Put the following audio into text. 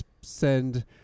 send